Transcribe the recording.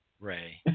Ray